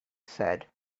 said